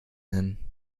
nennen